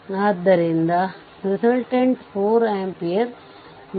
ಆದ್ದರಿಂದ ಅವಲಂಬಿತ ಮೂಲಗಲಿರುವ ಸರ್ಕ್ಯೂಟ ಲ್ಲಿ ಇದು ಸಾಧ್ಯ